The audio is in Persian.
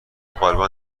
غالبا